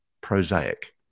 prosaic